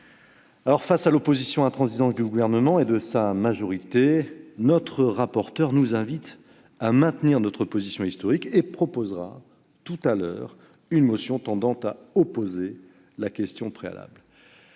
Face à l'opposition intransigeante du Gouvernement et de sa majorité, notre rapporteur nous invite à maintenir notre position historique et nous proposera tout à l'heure d'adopter une motion tendant à opposer la question préalable.